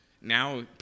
Now